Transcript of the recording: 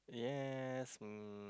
yes mm